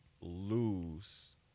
lose